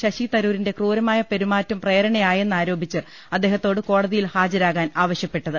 ശശി തരൂരിന്റെ ക്രൂരമായ പെരുമാറ്റം പ്രേരണയായെന്ന് ആരോപിച്ച് അദ്ദേഹത്തോട് കോടതിയിൽ ഹാജ രാകാൻ ആവശ്യപ്പെട്ടത്